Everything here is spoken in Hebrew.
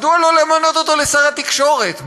מדוע לא למנות אותו לשר התקשורת?